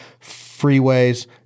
freeways